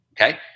Okay